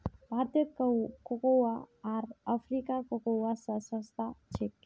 भारतेर कोकोआ आर अफ्रीकार कोकोआ स सस्ता छेक